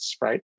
right